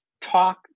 talk